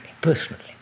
personally